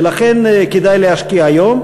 ולכן כדאי להשקיע היום.